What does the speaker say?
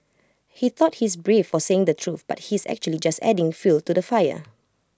he thought he's brave for saying the truth but he's actually just adding fuel to the fire